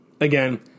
Again